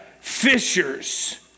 fishers